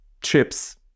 chips